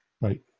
Right